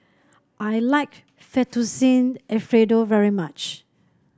I like Fettuccine Alfredo very much